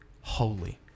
holy